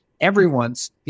everyone's